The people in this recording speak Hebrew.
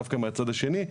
דווקא מהצד השני.